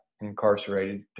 incarcerated